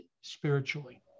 spiritually